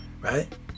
right